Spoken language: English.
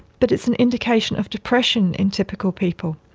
but it's an indication of depression in typical people.